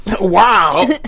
Wow